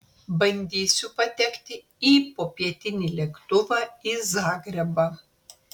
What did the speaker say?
bandysiu patekti į popietinį lėktuvą į zagrebą